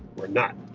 we're not.